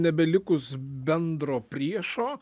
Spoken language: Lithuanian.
nebelikus bendro priešo